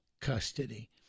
custody